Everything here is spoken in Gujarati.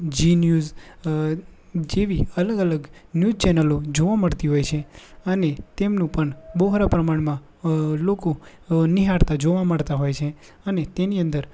જી ન્યૂઝ જેવી અલગ અલગ ન્યૂજ ચેનલો જોવા મળતી હોય છે અને તમનું પણ બહોળા પ્રમાણમાં લોકો નિહાળતા જોવા મળતા હોય છે અને તેની અંદર